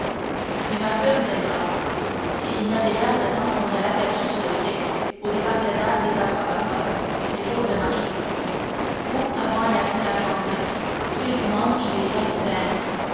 mais macloune était brave et il n'y avait guère de temps qu'on ne l'aperçut sur le quai au débarcadère des bateaux à vapeur les jours de marché ou avant et après la grand'messe tous les dimanches et fêtes de l'année